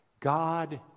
God